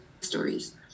stories